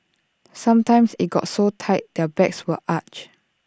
sometimes IT got so tight their backs were arched